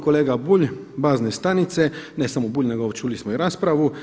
Kolega Bulj, bazne stanice, ne samo Bulj nego čuli smo i raspravu.